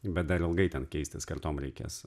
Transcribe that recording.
bet dar ilgai ten keistis kartom reikės